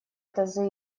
тазы